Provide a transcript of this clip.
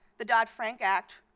the dodd-frank act,